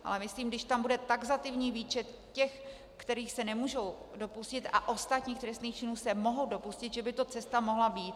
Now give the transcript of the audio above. Ale myslím, když tam bude taxativní výčet těch, kterých se nemůžou dopustit, a ostatních trestných činů se mohou dopustit, že by to cesta mohla být.